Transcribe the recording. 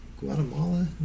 Guatemala